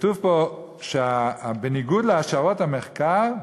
כתוב פה שבניגוד להשערות המחקר,